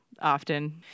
Often